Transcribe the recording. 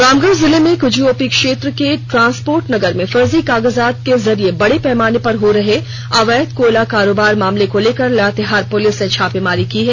रामगढ़ जिले में कुजू ओपी क्षेत्र के ट्रांसपोर्ट नगर में फर्जी कागजात के जरिये बड़े पैमाने पर हो रहे अवैध कोयला कारोबार मामले को लेकर लातेहार पुलिस ने छापेमारी की है